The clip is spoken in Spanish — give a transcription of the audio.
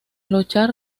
luchar